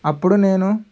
అప్పుడు నేను